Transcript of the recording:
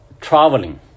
traveling